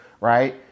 right